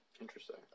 Interesting